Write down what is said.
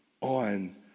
on